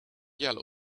yellow